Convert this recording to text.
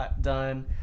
done